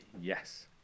Yes